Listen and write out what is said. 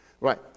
Right